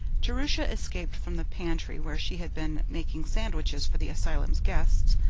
jerusha escaped from the pantry where she had been making sandwiches for the asylum's guests,